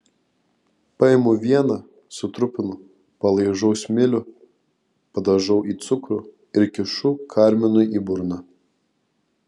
paimu vieną sutrupinu palaižau smilių padažau į cukrų ir kišu karminui į burną